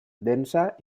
densa